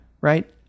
right